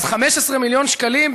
אז 15 מיליון שקלים,